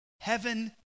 heaven